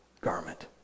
garment